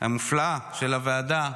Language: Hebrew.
המופלאה של הוועדה,